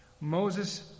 Moses